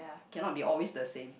cannot be always the same